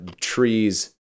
trees